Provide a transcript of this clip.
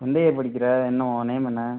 எந்த இயர் படிக்கிற என்ன உன் நேம் என்ன